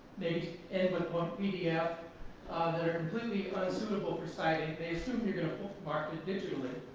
maybe end with one pdf that are completely unsuitable for sight, and they assume you're going to proof mark it digitally.